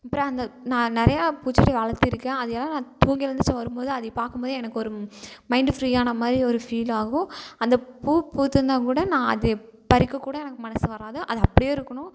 அப்பறம் அந்த நா நிறையா பூச்செடி வளர்த்திருக்கேன் அதை எல்லாம் நான் தூங்கி எழுந்திருச்சு வரும்போது அதை பார்க்கும்போதே எனக்கு ஒரு ம் மைண்டு ஃப்ரீயான மாதிரி ஒரு ஃபீல் ஆகும் அந்த பூ பூத்திருந்தா கூட நான் அது பறிக்க கூட எனக்கு மனசு வராது அது அப்படியே இருக்கணும்